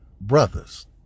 brothers